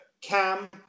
Cam